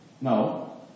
No